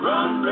Run